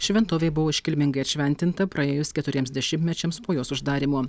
šventovė buvo iškilmingai atšventinta praėjus keturiems dešimtmečiams po jos uždarymo